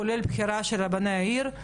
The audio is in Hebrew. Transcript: כולל בחירה של רבני עיר,